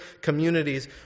communities